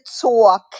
talk